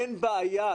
אין בעיה,